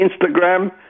Instagram